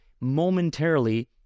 momentarily